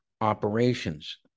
operations